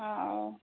ହଉ